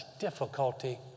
difficulty